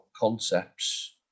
concepts